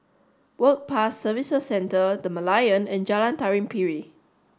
Work Pass Services Centre The Merlion and Jalan Tari Piring